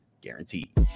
guaranteed